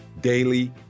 daily